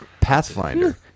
Pathfinder